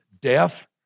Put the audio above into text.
deaf